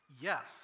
Yes